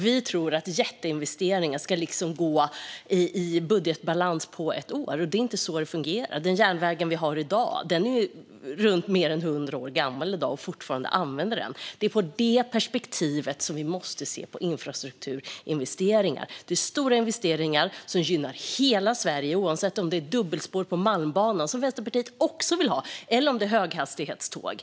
Vi tror att jätteinvesteringar ska komma i budgetbalans på ett år. Det är inte så det fungerar. Den järnväg vi har i dag är mer än hundra år gammal, och vi använder den fortfarande. Det är med det perspektivet vi måste se på investeringar i infrastruktur. Det är stora investeringar som gynnar hela Sverige, oavsett om det gäller investeringar i dubbelspår på Malmbanan, som Vänsterpartiet också vill ha, eller i höghastighetståg.